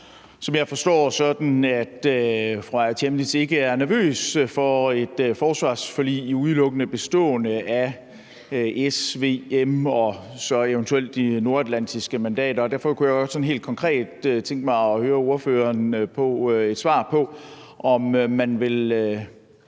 som jeg forstår sådan, at fru Aaja Chemnitz ikke er nervøs for et forsvarsforlig udelukkende bestående af S, V, M og så eventuelt de nordatlantiske mandater. Derfor kunne jeg sådan helt konkret tænke mig at høre ordførerens svar på, om man